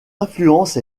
influence